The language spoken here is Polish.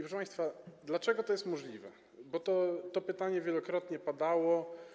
Proszę państwa, powiem, dlaczego to jest możliwe, bo to pytanie wielokrotnie padało.